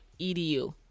edu